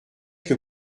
que